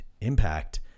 impact